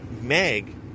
Meg